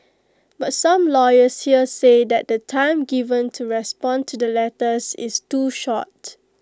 but some lawyers here say that the time given to respond to the letters is too short